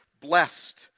blessed